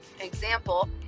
example